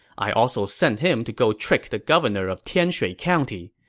i also sent him to go trick the governor of tianshui county.